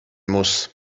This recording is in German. muss